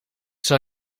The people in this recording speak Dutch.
zal